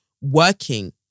working